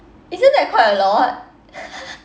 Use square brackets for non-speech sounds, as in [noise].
isn't that quite a lot [laughs]